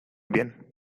bien